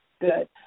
Good